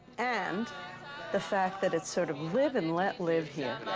and the fact that it's sort of live and let live here.